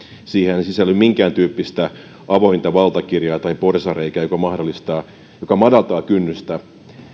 siihen ei sisälly minkääntyyppistä avointa valtakirjaa tai porsaanreikää joka madaltaa kynnystä